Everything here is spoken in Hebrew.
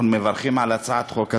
אנחנו מברכים על הצעת החוק הזאת.